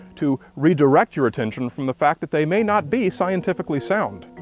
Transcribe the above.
to redirect your attention from the fact that they may not be scientifically sound.